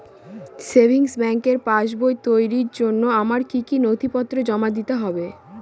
Savings ব্যাংকের পাসবই তৈরির জন্য আমার কি কি নথিপত্র জমা দিতে হবে?